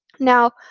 now,